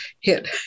hit